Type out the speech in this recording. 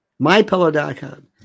MyPillow.com